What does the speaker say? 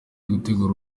gutegura